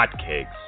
hotcakes